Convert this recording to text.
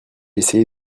essayé